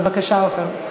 בבקשה, עפר.